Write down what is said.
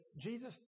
Jesus